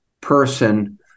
person